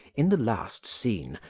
in the last scene,